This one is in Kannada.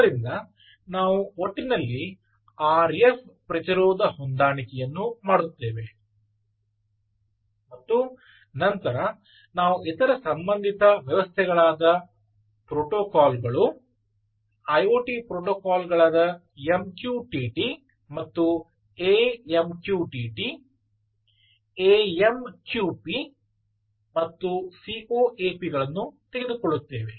ಆದ್ದರಿಂದ ನಾವು ಒಟ್ಟಿನಲ್ಲಿ ಆರ್ ಎಫ್ ಪ್ರತಿರೋಧ ಹೊಂದಾಣಿಕೆಯನ್ನು ಮಾಡುತ್ತೇವೆ ಮತ್ತು ನಂತರ ನಾವು ಇತರ ಸಂಬಂಧಿತ ವ್ಯವಸ್ಥೆಗಳಾದ ಪ್ರೋಟೋಕಾಲ್ಗಳು ಐಒಟಿ ಪ್ರೋಟೋಕಾಲ್ಗಳಾದ MQTT ಮತ್ತು AMQTT AMQP ಮತ್ತು COAP ಗಳನ್ನು ತೆಗೆದುಕೊಳ್ಳುತ್ತೇವೆ